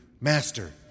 Master